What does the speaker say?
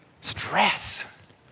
Stress